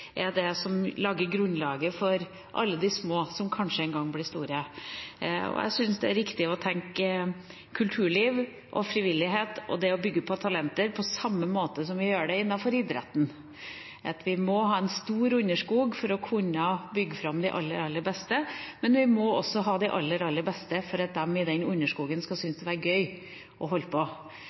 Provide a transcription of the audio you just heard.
som legger grunnlaget for alle de små, som kanskje en gang blir store. Jeg syns det er viktig når det gjelder det å bygge på talenter, å tenke på kulturliv og frivillighet på samme måte som vi gjør det innenfor idretten – at vi må ha en stor underskog for å kunne få fram de aller, aller beste, men vi må også ha de aller, aller beste for at de i den underskogen skal syns det er gøy å holde på.